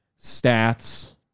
stats